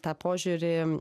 tą požiūrį